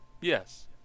Yes